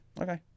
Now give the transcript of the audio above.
Okay